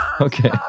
Okay